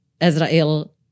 Israel